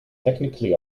technically